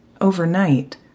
overnight